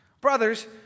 Brothers